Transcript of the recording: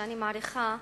שאני מעריכה,